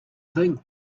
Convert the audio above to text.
thing